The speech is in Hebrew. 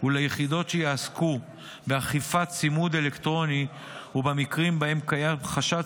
וליחידות שיעסקו באכיפת צימוד אלקטרוני ובמקרים שבהם קיים חשד